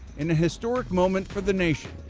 in a historic moment for the nation,